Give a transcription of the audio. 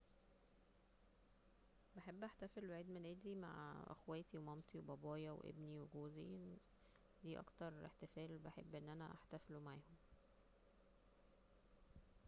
بحب احتفل بعيد ميلادي مع اخواتي ومامتي وبابايا وابني وجوزي دا اكتر احتفال بحب أن أنا احتفله معاهم